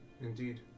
Indeed